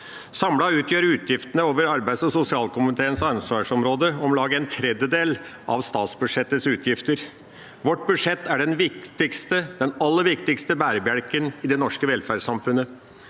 Samlet utgjør utgiftene over arbeids- og sosialkomiteens ansvarsområde om lag en tredjedel av statsbudsjettets utgifter. Vårt budsjett er den aller viktigste bærebjelken i det norske velferdssamfunnet.